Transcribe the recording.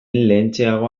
lehentxeago